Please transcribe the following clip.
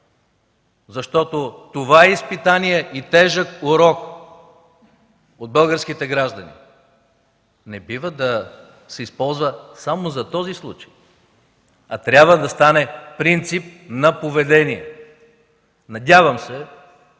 Защото това изпитание и тежък урок от българските граждани не бива да се използва само за този случай, а трябва да стане принцип на поведение. Надявам се